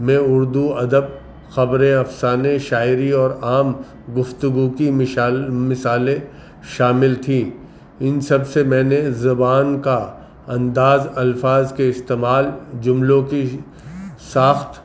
میں اردو ادب خبریں افسانے شاعری اور عام گفتگو کی مش مثالیں شامل تھیں ان سب سے میں نے زبان کا انداز الفاظ کے استعمال جملوں کی ساخت